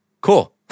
cool